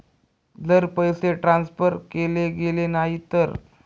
जर पैसे ट्रान्सफर केले गेले नाही तर?